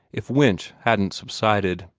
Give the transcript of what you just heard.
if winch hadn't subsided.